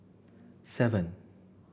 seven